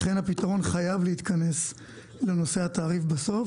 לכן הפתרון חייב להתכנס לנושא התעריף בסוף